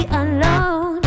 alone